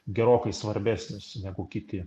gerokai svarbesnis negu kiti